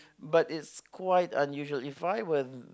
but it's quite unusual If I were